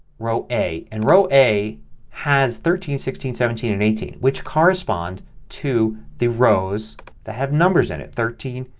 row a. and row a has thirteen, sixteen, seventeen, and eighteen which correspond to the rows that have numbers in it, thirteen,